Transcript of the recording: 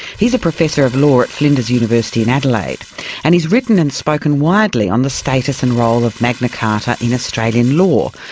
a professor of law at flinders university in adelaide and he's written and spoken widely on the status and role of magna carta in australian law,